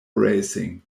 racing